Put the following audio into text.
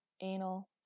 anal